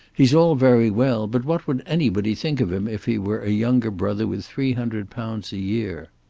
he's all very well, but what would anybody think of him if he were a younger brother with three hundred pounds a year.